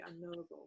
unknowable